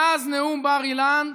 מאז נאום בר-אילן,